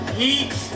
heat